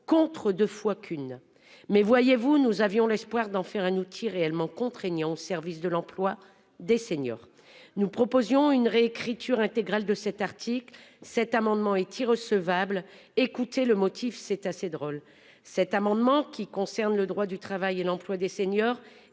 contre 2 fois qu'une. Mais voyez-vous, nous avions l'espoir d'en faire un outil réellement contraignant au service de l'emploi des seniors. Nous proposions une réécriture intégrale de cet article. Cet amendement est irrecevable. Écoutez le motif c'est assez drôle. Cet amendement qui concerne le droit du travail et l'emploi des seniors